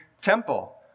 temple